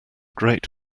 great